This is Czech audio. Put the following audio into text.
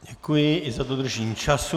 Děkuji i za dodržení času.